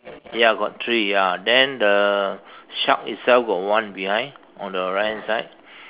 ya got three ya then the shark itself got one behind on the right hand side